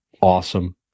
awesome